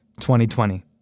2020